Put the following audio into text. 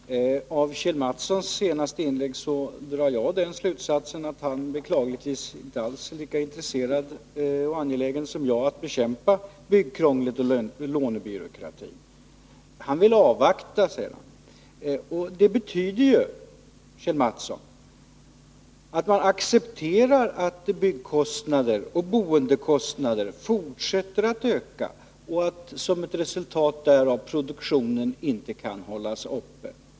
Fru talman! Av Kjell Mattssons senaste inlägg drar jag den slutsatsen att han beklagligtvis inte alls är lika intresserad och angelägen som jag av att bekämpa byggkrånglet och lånebyråkratin. Han vill avvakta, säger han. Det betyder, Kjell Mattsson, att man accepterar att byggkostnader och boendekostnader fortsätter att öka, och att, som ett resultat därav, produktionen inte kan hållas uppe.